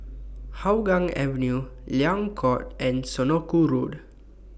Hougang Avenue Liang Court and Senoko Road